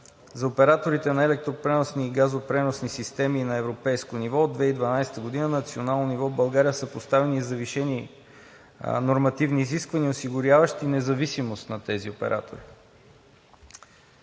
За операторите на електропреносни и газопреносни системи на европейско ниво, от 2012 г. на национално ниво – в България, са поставени и завишени нормативни изисквания, осигуряващи независимост на тези оператори.